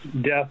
death